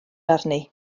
arni